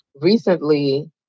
Recently